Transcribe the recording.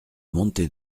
monte